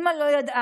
אימא לא ידעה,